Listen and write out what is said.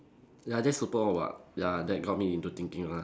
ya that's super or what ya that got me into thinking lah